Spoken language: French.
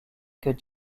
que